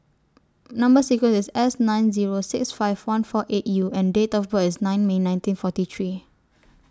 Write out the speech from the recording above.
Number sequence IS S nine Zero six five one four eight U and Date of birth IS nine May nineteen forty three